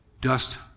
dust